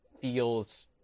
feels